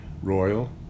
royal